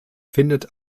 findet